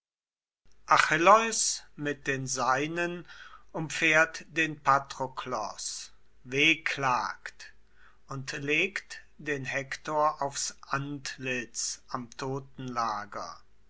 achilleus mit den seinen umfährt den patroklos wehklagt und legt den hektor aufs antlitz am totenlager